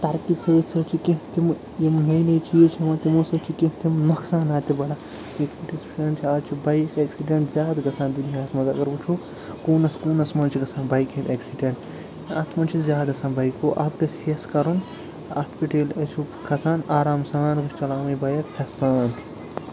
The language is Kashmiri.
ترقی سۭتۍ سۭتۍ چھِ کیٚنٛہہ تِمہٕ یِم نٔے نٔے چیٖز چھِ یِوان تِمو سۭتۍ چھُ کیٚنٛہہ تِم نۄقصانات تہِ بَڑان آز چھُ پَیی اٮ۪کسِڈنٛٹ زیادٕ گَژھان دُنیاہس منٛز اگر وٕچھو کوٗنس کوٗنس منٛز چھِ گَژھان بایکہِ ہِنٛدۍ اٮ۪کسِڈنٛٹ اتھ منٛز چھِ زایادٕ آسان بایک اتھ گَژھِ ہٮ۪س کَرُن اتھ پٮ۪ٹھ ییٚلہِ ٲسو کھسان آرام سان گژھِ چَلاوٕنۍ یہِ بایک ہٮ۪سہٕ سان